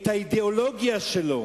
את האידיאולוגיה שלו.